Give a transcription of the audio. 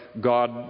god